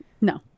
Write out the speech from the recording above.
No